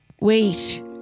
Wait